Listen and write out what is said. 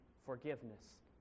forgiveness